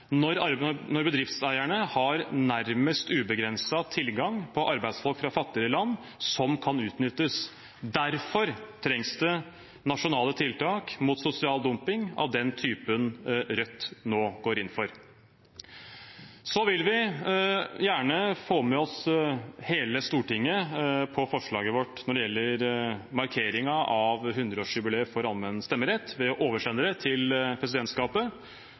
når bedriftseierne har nærmest ubegrenset tilgang på arbeidsfolk fra fattigere land som kan utnyttes. Derfor trengs det nasjonale tiltak mot sosial dumping av den typen Rødt nå går inn for. Vi vil gjerne få med oss hele Stortinget på forslaget vårt når det gjelder markeringen av 100-årsjubileet for allmenn stemmerett, ved å oversende det til presidentskapet.